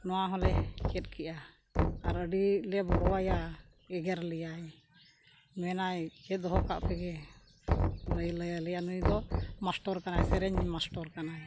ᱱᱚᱣᱟ ᱦᱚᱸᱞᱮ ᱪᱮᱫ ᱠᱮᱜᱼᱟ ᱟᱨ ᱟᱹᱰᱤᱞᱮ ᱵᱚᱨᱚᱣᱟᱭᱟ ᱮᱜᱮᱨ ᱞᱮᱭᱟᱭ ᱢᱮᱱᱟᱭ ᱪᱮᱫ ᱫᱚᱦᱚ ᱠᱟᱜ ᱯᱮ ᱜᱮ ᱞᱟᱹᱭᱟᱞᱮᱭᱟ ᱱᱩᱭ ᱫᱚ ᱢᱟᱥᱴᱟᱨ ᱠᱟᱱᱟᱭ ᱥᱮᱨᱮᱧ ᱢᱟᱥᱴᱚᱨ ᱠᱟᱱᱟᱭ